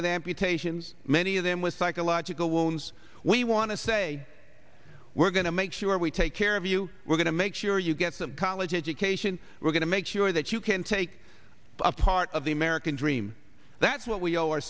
with amputations many of them with psychological wounds we want to say we're going to make sure we take care of you we're going to make sure you get that college education we're going to make sure that you can take a part of the american dream that's what we o